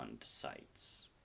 sites